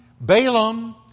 Balaam